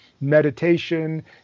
meditation